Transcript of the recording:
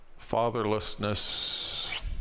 Fatherlessness